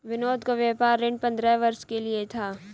विनोद का व्यापार ऋण पंद्रह वर्ष के लिए था